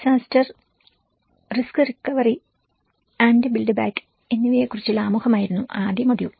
disaster risk recovery and build back എന്നിവയെ കുറിച്ചുള്ള ആമുഖമായിരുന്നു ആദ്യ മൊഡ്യൂൾ